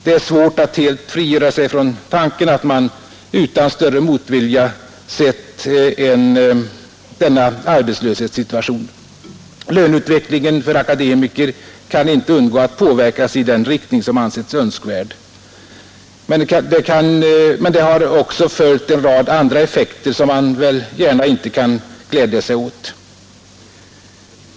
Det är svårt att helt frigöra sig från tanken att man utan större motvilja sett denna arbetslöshetssituation. Löneutvecklingen för akademiker kan inte undgå att påverkas i den riktning som anses önskvärd. Men det har också medfört en rad andra effekter, som man väl inte gärna kan glädja sig åt.